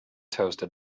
toasted